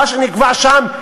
מה שנקבע שם,